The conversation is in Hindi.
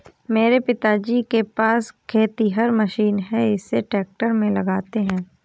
मेरे पिताजी के पास खेतिहर मशीन है इसे ट्रैक्टर में लगाते है